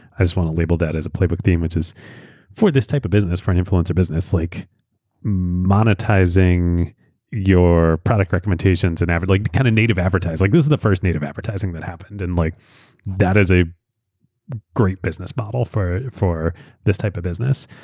i just want to label that as a playbook theme which is for this type of business, for an influencer business, like monetizing your product recommendation, kind and of like kind of native advertising. like this is the first native advertising that happened. and like that is a great business model for for this type of business.